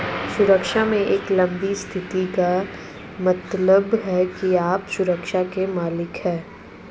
सुरक्षा में एक लंबी स्थिति का मतलब है कि आप सुरक्षा के मालिक हैं